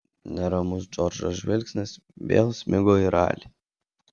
neramus džordžo žvilgsnis vėl smigo į ralį